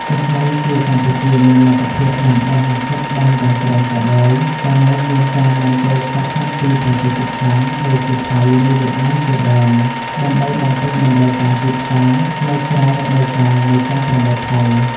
ទោះបីជាកម្ពុជាមានលទ្ធភាពដាំដុះមង្ឃុតបានយ៉ាងច្រើនក៏ដោយ ក៏នៅមានការនាំចូលខ្លះៗពីប្រទេសជិតខាងដូចជាថៃឬវៀតណាមជាដើម ដើម្បីបំពេញតម្រូវការទីផ្សារនៅក្រៅរដូវកាលនៃការប្រមូលផល